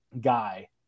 guy